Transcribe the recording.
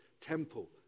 temple